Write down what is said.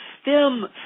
stem